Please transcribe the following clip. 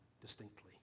distinctly